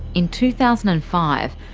in two thousand and five,